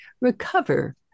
recover